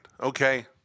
Okay